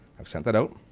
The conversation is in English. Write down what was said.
i've sent it out.